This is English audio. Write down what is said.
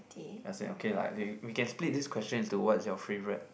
as in okay lah we we can split this questions into what's your favourite